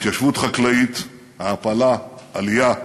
התיישבות חקלאית, העפלה, עלייה,